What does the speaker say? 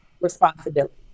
responsibility